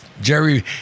jerry